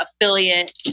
affiliate